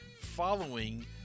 following